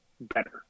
better